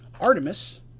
Artemis